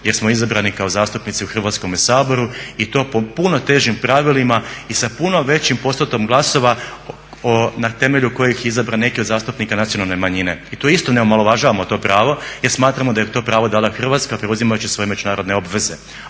jer smo izabrani kao zastupnici u Hrvatskome saboru i to po puno težim pravilima i sa puno većim postotkom glasova na temelju kojih je izabran neki od zastupnika nacionalne manjine. I isto ne omalovažavamo to pravo jer smatramo da je to pravo dala Hrvatska preuzimajući svoje međunarodne obveze.